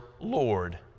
Lord